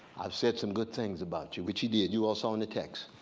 i've said some good things about you. which he did, you all saw in the text,